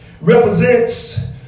represents